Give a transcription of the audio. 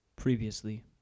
Previously